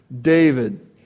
David